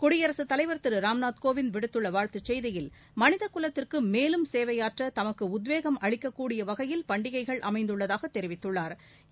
குடியரசுத்தலைவா் திரு ராம்நாத் கோவிந்த் விடுத்துள்ள வாழ்த்துச் செய்தியில் மனித குலத்திற்கு மேலும் சேவையாற்ற நமக்கு உத்வேகம் அளிக்கக் கூடிய வகையில் பண்டிகைகள் அமைந்துள்ளதாக தெரிவித்துள்ளா்